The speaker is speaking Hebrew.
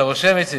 אתה רושם, איציק?